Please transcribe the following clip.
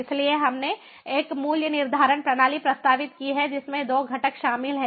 इसलिए हमने एक मूल्य निर्धारण प्रणाली प्रस्तावित की है जिसमें 2 घटक शामिल हैं